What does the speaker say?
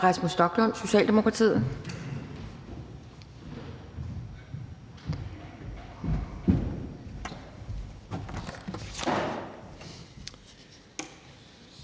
Rasmus Stoklund, Socialdemokratiet.